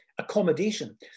accommodation